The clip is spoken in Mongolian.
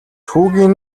хүүгийн